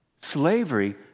Slavery